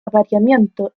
apareamiento